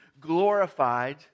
glorified